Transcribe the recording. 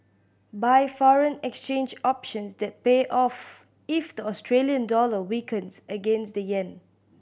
buy foreign exchange options that pay off if the Australian dollar weakens against the yen